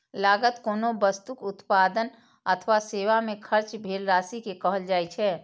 लागत कोनो वस्तुक उत्पादन अथवा सेवा मे खर्च भेल राशि कें कहल जाइ छै